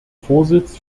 vorsitz